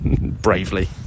bravely